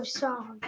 song